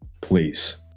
Please